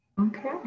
Okay